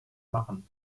machen